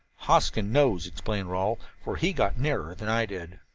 hoskins knows, explained rawle, for he got nearer than i did.